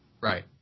Right